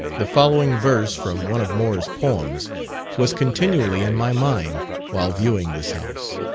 the following verse from one of moore's poems was continually in my mind while viewing this house